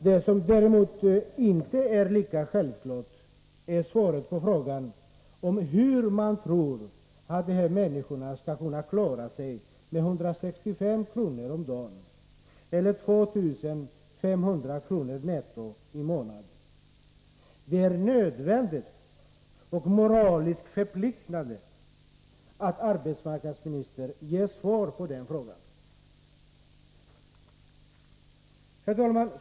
Vad som däremot inte är lika självklart är svaret på frågan om hur man tror att dessa människor skall kunna klara sig på 165 kr./dag eller 2 500 kr. netto i månaden. Det är nödvändigt och moraliskt förpliktande att arbetsmarknadsministern ger svar på den frågan. Herr talman!